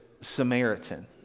Samaritan